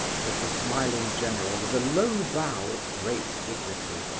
said the smiling general, with a low bow of great dignity,